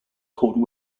called